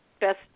best